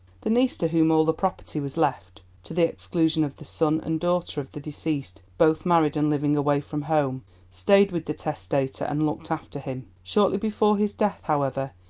the niece to whom all the property was left to the exclusion of the son and daughter of the deceased, both married, and living away from home stayed with the testator and looked after him. shortly before his death, however,